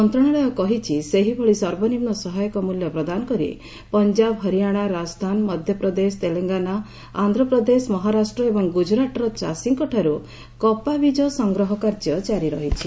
ମନ୍ତ୍ରଣାଳୟ କହିଛି ସେହିଭଳି ସର୍ବନିମ୍ନ ସହାୟକ ମୂଲ୍ୟ ପ୍ରଦାନ କରି ପଞ୍ଜବ ହରିଆଣା ରାଜସ୍ଥାନ ମଧ୍ୟପ୍ରଦେଶ ତେଲଙ୍ଗାନା ଆନ୍ଧ୍ରପ୍ରଦେଶ ମହାରାଷ୍ଟ୍ର ଏବଂ ଗୁଜରାଟର ଚାଷୀଙ୍କଠାରୁ କପା ବିଜ ସଂଗ୍ରହ କାର୍ଯ୍ୟ ଜାରି ରହିଛି